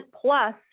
plus